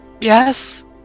Yes